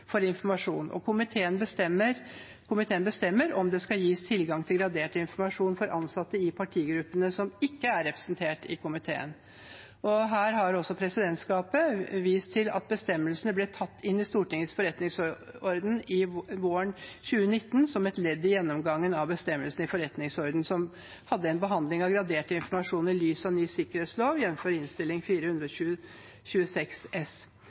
for informasjon, og komiteen bestemmer om det skal gis tilgang til gradert informasjon for ansatte i partigruppene som ikke er representert i komiteen. Her har presidentskapet vist til at bestemmelsen ble tatt inn i Stortingets forretningsorden våren 2019 som et ledd i gjennomgangen av bestemmelsene i forretningsordenen om behandling av gradert informasjon i lys av ny sikkerhetslov, jf. Innst. 426 S